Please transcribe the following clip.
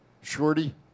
Shorty